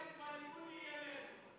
אחרי הפריימריז בליכוד יהיה מטרו.